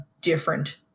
different